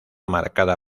marcada